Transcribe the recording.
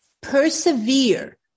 persevere